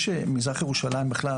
שמזרח ירושלים בכלל,